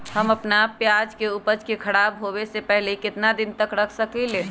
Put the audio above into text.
हम अपना प्याज के ऊपज के खराब होबे पहले कितना दिन तक रख सकीं ले?